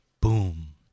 Boom